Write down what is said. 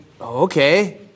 okay